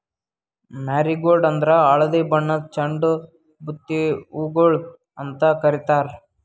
marigold ಅಂದುರ್ ಹಳದಿ ಬಣ್ಣದ್ ಚಂಡು ಬುತ್ತಿ ಹೂಗೊಳ್ ಅಂತ್ ಕಾರಿತಾರ್